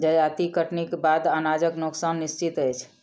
जजाति कटनीक बाद अनाजक नोकसान निश्चित अछि